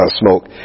smoke